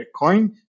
Bitcoin